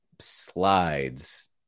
slides